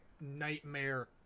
nightmare